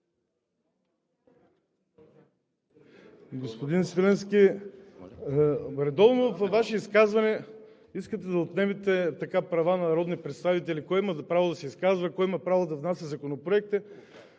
Господин Свиленски, редовно във Ваше изказване искате да отнемете права на народни представители – кой има право да се изказва, кой има право да внася законопроект.